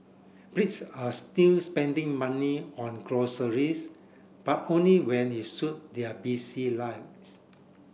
Brits are still spending money on groceries but only when it suit their busy lives